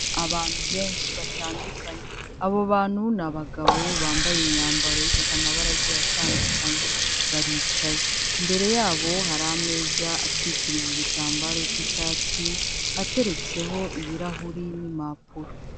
Abantu benshi batandukanye, abo bantu ni abagabo bambaye imyambaro ifite amabarage atandukanye, baricaye imbere yabo hari ameza atwikirije igitambaro cy'icyatsi, ateretseho ibirahuri n'impapuro.